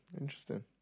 Interesting